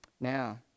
Now